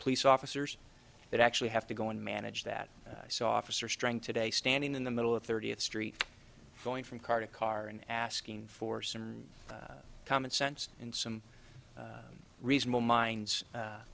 police officers that actually have to go and manage that so officer strength today standing in the middle of thirtieth street going from car to car in asking force and common sense in some reasonable minds